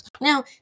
now